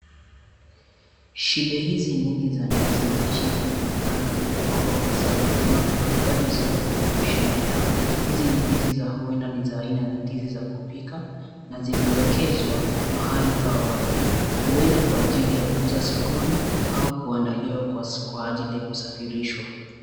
Shibe hizi nyingi za ndizi mbichi zinaonekana imeoangwa kwa safu wima, bado ziko kwenye mashina yao. Hizi ndi mndizi, huenda ni aina za ndizi za kupikwa na zimrewekezwa mahali pa wazi, huenda ni kwa ajili ya kuuza sokoni au kuandaliwa kwa ajiliya kusafirishwa.